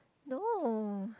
no